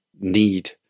need